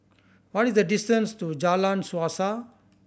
what is the distance to Jalan Suasa